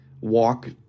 walk